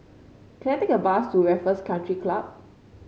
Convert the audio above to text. can I take a bus to Raffles Country Club